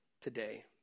today